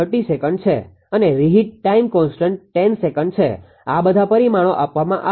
30 second છે અને reheat time constant 10 second છે આ બધા પરિમાણો આપવામાં આવે છે